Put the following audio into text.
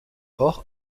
hors